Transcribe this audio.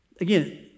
Again